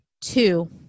two